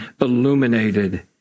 illuminated